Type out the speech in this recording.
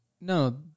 No